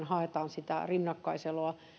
haetaan sitä rinnakkaiseloa